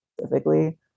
specifically